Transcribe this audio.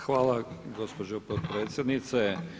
Hvala gospođo potpredsjednice.